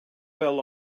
well